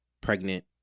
pregnant